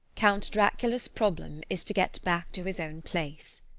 count dracula's problem is to get back to his own place.